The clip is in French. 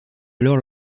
alors